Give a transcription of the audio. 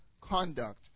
conduct